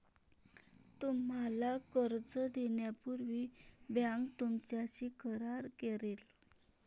तुम्हाला कर्ज देण्यापूर्वी बँक तुमच्याशी करार करेल